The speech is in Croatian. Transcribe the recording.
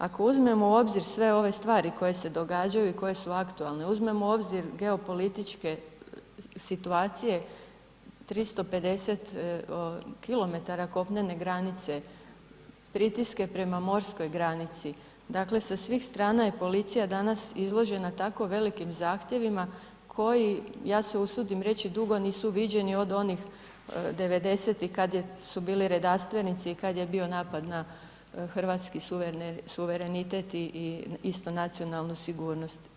Ako uzmemo u obzir sve ove stvari koje se događaju i koje su aktualne, uzmemo u obzir geopolitičke situacije 350 kilometara kopnene granice, pritiske prema morskoj granici dakle, sa svih strana je policija danas izložena tako velikim zahtjevima koji ja se usudim reći dugo nisu viđenih od onih 90-tih kada su bili redarstvenici i kada je bio napad na hrvatski suverenitet i isto nacionalnu sigurnost.